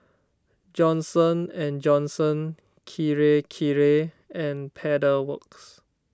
Johnson and Johnson Kirei Kirei and Pedal Works